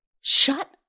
shut